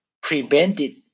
prevented